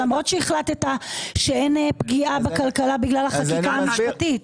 למרות שהחלטת שאין פגיעה בכלכלה בגלל החקיקה המשפטית.